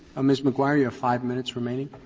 ms. maguire, you have five minutes remaining.